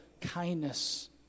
kindness